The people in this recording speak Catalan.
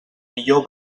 millor